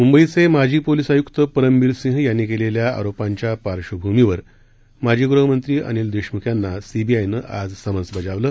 मुंबईचे माजी पोलीस आयुक्त परमबिर सिंह यांनी केलेल्या आरोपांच्या पार्श्वभूमीवर माजी गृहमंत्री अनिल देशमुख यांना सीबीआयनं आज समन्स बजावलं